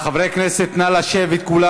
חברי כנסת, נא לשבת כולם.